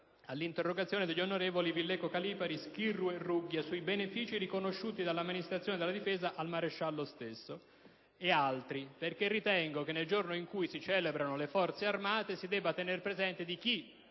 all'interrogazione degli onorevoli Villecco Calipari, Schirru e Rugghia sui benefici riconosciuti dall'amministrazione della difesa al maresciallo stesso e ad altri. Ritengo infatti che nel giorno in cui si celebrano le Forze armate si debba tener presente anche